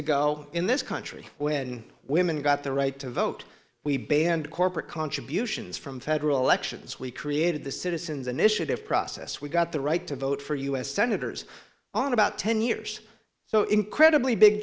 ago in this country when women got the right to vote we banned corporate contributions from federal elections we created the citizens initiative process we got the right to vote for u s senators on about ten years so incredibly big